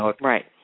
Right